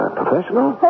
professional